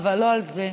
לא על זה.